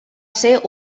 ser